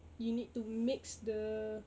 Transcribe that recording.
you need to mix the